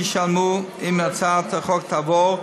מי שישלמו אם הצעת החוק תעבור,